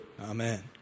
Amen